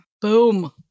Boom